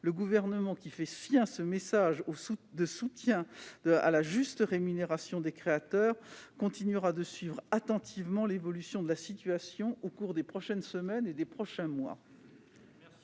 Le Gouvernement qui fait sien cet engagement en faveur de la juste rémunération des créateurs continuera de suivre attentivement l'évolution de la situation au cours des prochaines semaines et des prochains mois.